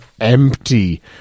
empty